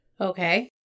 Okay